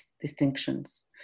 distinctions